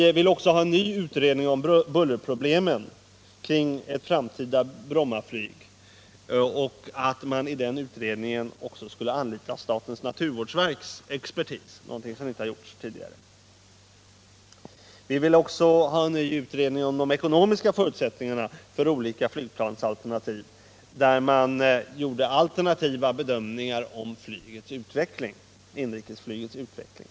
Vi ville också ha en ny utredning om bullerproblemen i samband med Nr 53 ett framtida Brommaflyg och att man i den utredningen också skulle Torsdagen den anlita statens naturvårdsverks expertis, vilket inte har gjorts tidigare. 15 december 1977 Vi ansåg det också önskvärt med en ny utredning om de ekonomiska = förutsättningarna för olika flygplatsalternativ, där man gjorde alternativa — Flygplatsfrågan i bedömningar om inrikesflygets utveckling.